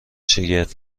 شگفت